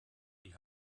die